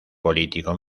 político